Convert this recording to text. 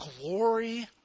glory